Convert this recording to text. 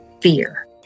fear